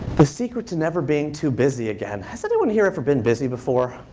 the secret to never being too busy again. has anyone here ever been busy before